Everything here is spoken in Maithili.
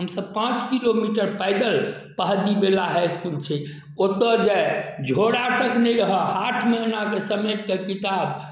हमसब पाँच किलोमीटर पैदल पहद्दी बेला हाई इसकुल छै ओतऽ जाए झोरा तक नहि रहै हाथमे एनाके समेटिकऽ किताब